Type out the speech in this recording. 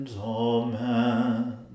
Amen